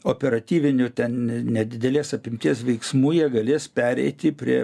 operatyvinių ten nedidelės apimties veiksmu jie galės pereiti prie